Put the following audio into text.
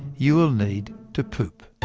you will need to poop.